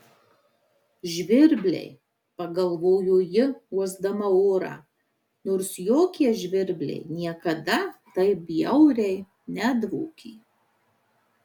žvirbliai pagalvojo ji uosdama orą nors jokie žvirbliai niekada taip bjauriai nedvokė